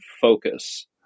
focus